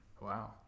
wow